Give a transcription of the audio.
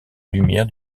lumière